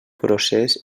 procés